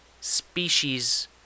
species